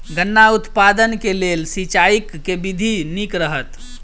गन्ना उत्पादन केँ लेल सिंचाईक केँ विधि नीक रहत?